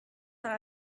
that